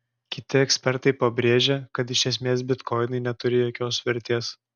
kiti ekspertai pabrėžia kad iš esmės bitkoinai neturi jokios vertės